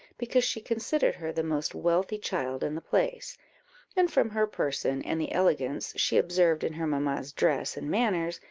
because she considered her the most wealthy child in the place and from her person, and the elegance she observed in her mamma's dress and manners,